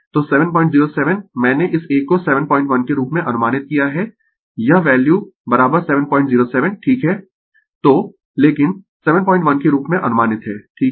तो 707 मैंने इस एक को 71 के रूप में अनुमानित किया है यह वैल्यू 707 ठीक है तो लेकिन 71 के रूप में अनुमानित है ठीक है